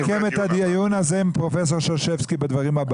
אני מסכם את הדיון הזה עם ד"ר שרשבסקי בדברים הבאים.